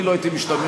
אני לא הייתי משתמש,